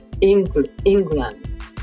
England